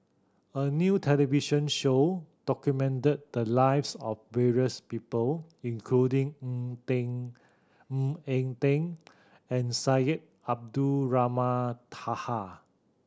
a new television show documented the lives of various people including Ng Teng Ng Eng Teng and Syed Abdulrahman Taha